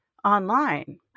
Online